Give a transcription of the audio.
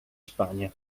spagna